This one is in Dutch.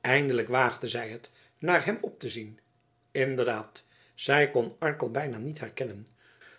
eindelijk waagde zij het naar hem op te zien inderdaad zij kon arkel bijna niet herkennen